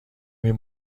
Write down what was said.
این